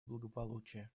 благополучия